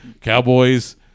Cowboys